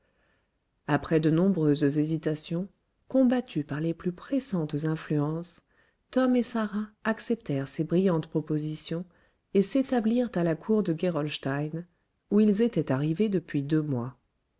après de nombreuses hésitations combattues par les plus pressantes influences tom et sarah acceptèrent ces brillantes propositions et s'établirent à la cour de gerolstein où ils étaient arrivés depuis deux mois